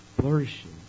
flourishing